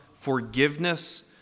Forgiveness